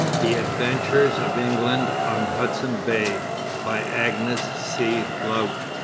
the adventurers of england on hudson bay by agnes c. laut.